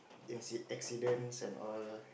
inci~ accidents and all